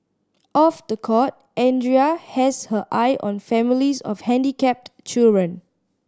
off the court Andrea has her eye on families of handicapped children